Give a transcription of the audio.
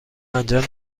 انجام